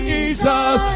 Jesus